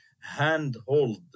handhold